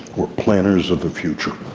we're planners of the future.